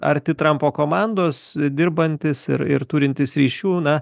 arti trampo komandos dirbantis ir ir turintis ryšių na